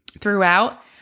throughout